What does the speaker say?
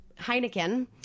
Heineken